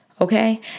Okay